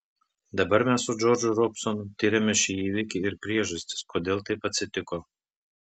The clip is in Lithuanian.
dabar mes su džordžu robsonu tiriame šį įvykį ir priežastis kodėl taip atsitiko